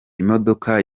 imodoka